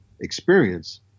experience